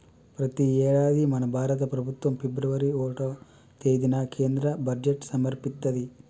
ప్రతి యేడాది మన భారత ప్రభుత్వం ఫిబ్రవరి ఓటవ తేదిన కేంద్ర బడ్జెట్ సమర్పిత్తది